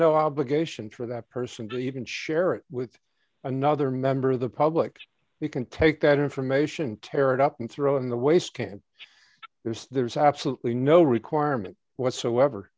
no obligation for that person to you can share it with another member of the public you can take that information tear it up and throw in the waste can there's there's absolutely no requirement whatsoever